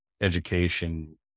education